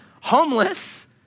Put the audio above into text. homeless